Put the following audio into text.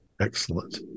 Excellent